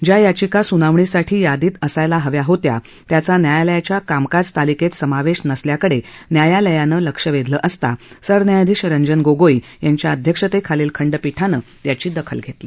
ज्या याचिका सुनावणीसाठी यादीत असायला हव्या होत्या त्याचा न्यायालयाच्या कामकाज तालीकेत समावेश नसल्याकडे न्यायालयानं लक्ष वेधलं असता सरन्यायाधीश रंजन गोगोई यांच्या अध्यक्षतेखाली खंडपीठानं याची दखल घेतली